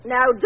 Now